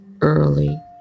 early